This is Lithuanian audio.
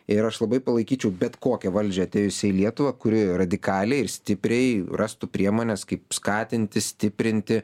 ir aš labai palaikyčiau bet kokią valdžią atėjusią į lietuvą kuri radikaliai ir stipriai rastų priemones kaip skatinti stiprinti